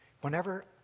Whenever